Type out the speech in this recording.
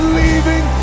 leaving